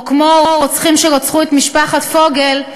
או כמו הרוצחים שרצחו את משפחת פוגל,